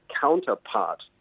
counterpart